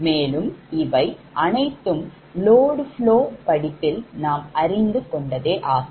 மேலும் இவை அனைத்தும் load flow படிப்பில் நாம் அறிந்து கொண்டதே ஆகும்